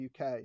UK